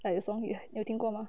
like a song you 有听过吗